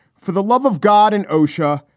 for the love of god and osama.